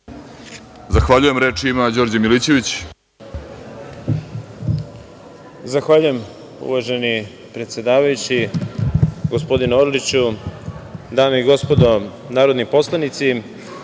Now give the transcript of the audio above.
Milićević. **Đorđe Milićević** Zahvaljujem uvaženi predsedavajući, gospodine Orliću. Dame i gospodo narodni poslanici,